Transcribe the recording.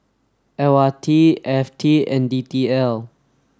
L R T F T and D T L